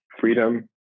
freedom